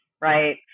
Right